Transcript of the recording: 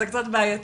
זה קצת בעייתי